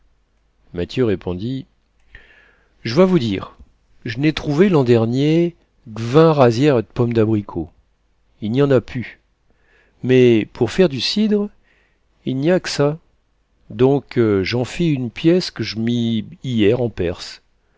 mathieu répondit j'vas vous dire j'n'ai trouvé l'an dernier qu'vingt rasières d'pommes d'abricot y n'y en a pu mais pour faire du cidre y n'y a qu'ça donc j'en fis une pièce qu'je mis hier en perce